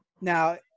now